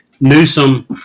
Newsom